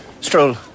stroll